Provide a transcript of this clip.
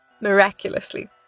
miraculously